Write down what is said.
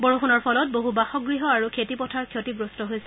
বৰষুণৰ ফলত বহু বাসগৃহ আৰু খেতিপথাৰ ক্ষতিগ্ৰস্ত হৈছে